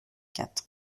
quatre